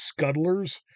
scuttlers